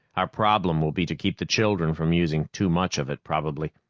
our problem will be to keep the children from using too much of it, probably.